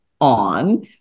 on